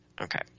Okay